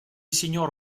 signor